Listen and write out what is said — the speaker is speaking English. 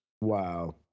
Wow